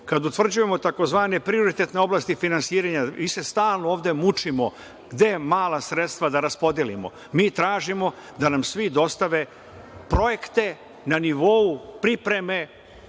kada utvrđujemo takozvane prioritetne oblasti finansiranja, mi se stalno ovde mučimo gde mala sredstva da raspodelimo. Mi tražimo da nam svi dostave projekte na nivou pripreme